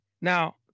Now